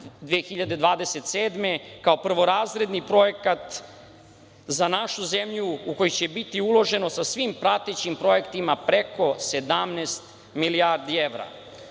2027, kao prvorazredni projekat za našu zemlju u kojoj će biti uloženo sa svim pratećim projektima preko 17 milijardi evra.